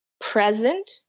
present